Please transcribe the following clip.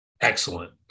excellent